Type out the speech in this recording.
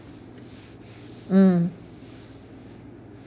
mm